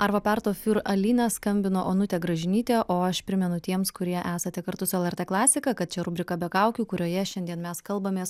arvo perto fiur alina skambino onutė gražinytė o aš primenu tiems kurie esate kartu su lrt klasika kad čia rubrika be kaukių kurioje šiandien mes kalbamės